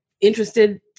interested